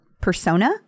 persona